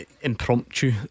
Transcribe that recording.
Impromptu